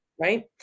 right